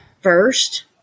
first